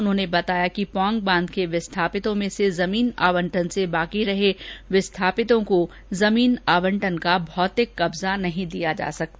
उन्होंने बताया कि पोंग बांध के विस्थापितों में से जमीन आवंटन से शेष रहे विस्थापितों को जमीन आवंटन का भौतिक कब्जा नहीं दिया जा सकता